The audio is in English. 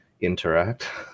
interact